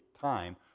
time